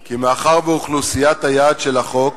כי מאחר שאוכלוסיית היעד של החוק